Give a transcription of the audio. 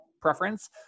preference